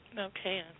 Okay